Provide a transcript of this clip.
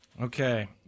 okay